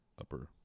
upper